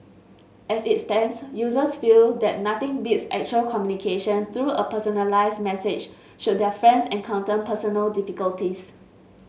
as it stands users feel that nothing beats actual communication through a personalised message should their friends encounter personal difficulties